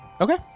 Okay